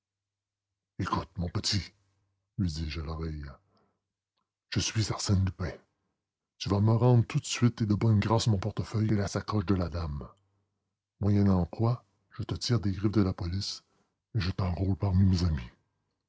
écoute mon petit lui dis-je à l'oreille je suis arsène lupin tu vas me rendre toute de suite et de bonne grâce mon portefeuille et la sacoche de la dame moyennant quoi je te tire des griffes de la police et je t'enrôle parmi mes amis